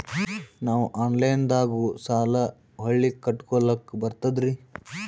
ನಾವು ಆನಲೈನದಾಗು ಸಾಲ ಹೊಳ್ಳಿ ಕಟ್ಕೋಲಕ್ಕ ಬರ್ತದ್ರಿ?